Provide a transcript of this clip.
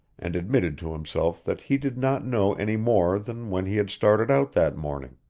and admitted to himself that he did not know any more than when he had started out that morning.